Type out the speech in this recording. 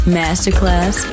masterclass